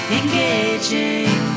engaging